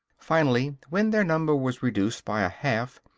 finally, when their number was reduced by a half,